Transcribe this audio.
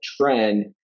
trend